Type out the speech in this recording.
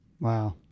Wow